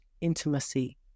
intimacy